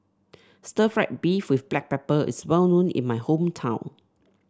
Stir Fried Beef with Black Pepper is well known in my hometown